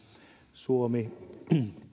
suomi